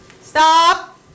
Stop